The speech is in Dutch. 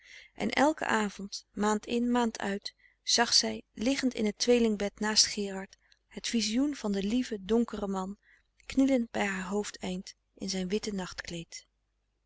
en elken avond maand in maand uit zag zij liggend in het tweeling bed naast gerard het visioen van den lieven donkeren man knielend bij haar hoofd eind in zijn witte